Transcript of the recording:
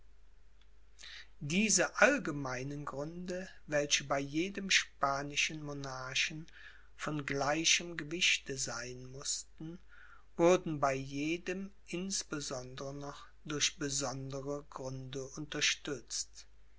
diese allgemeinen gründe welche bei jedem spanischen monarchen von gleichem gewichte sein mußten wurden bei jedem insbesondere noch durch besondere gründe unterstützt